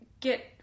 get